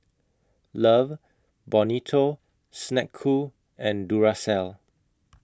Love Bonito Snek Ku and Duracell